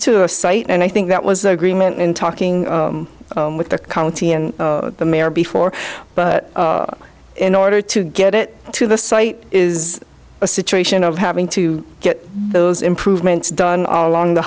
to a site and i think that was the agreement in talking with the county and the mayor before but in order to get it to the site is a situation of having to get those improvements done along the